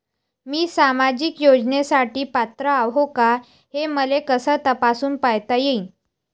मी सामाजिक योजनेसाठी पात्र आहो का, हे मले कस तपासून पायता येईन?